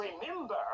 remember